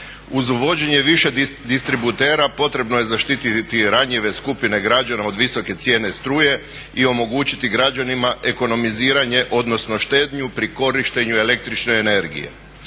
Uz vođenje više distributera potrebno je zaštititi ranjive skupine građana od visoke cijene struje i omogućiti građanima ekonomiziranje odnosno štednju pri korištenju el.energije.